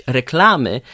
reklamy